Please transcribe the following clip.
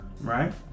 right